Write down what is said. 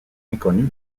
inconnus